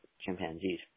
chimpanzees